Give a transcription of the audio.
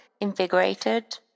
invigorated